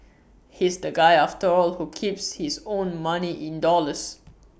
he's the guy after all who keeps his own money in dollars